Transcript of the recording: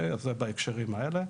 זה בהקשרים האלה.